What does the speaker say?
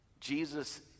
Jesus